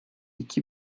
iki